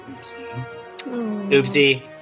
Oopsie